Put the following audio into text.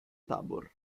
tabor